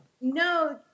No